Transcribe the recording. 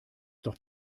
doch